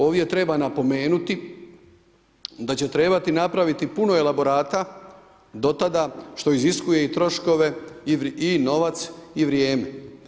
Ovdje treba napomenuti da će trebati napraviti puno elaborata do tada što iziskuje i troškove i novac i vrijeme.